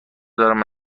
دارم